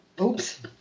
Oops